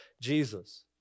Jesus